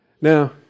Now